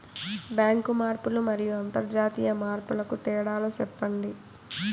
Bank మార్పులు మరియు అంతర్జాతీయ మార్పుల కు తేడాలు సెప్పండి?